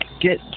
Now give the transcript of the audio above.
get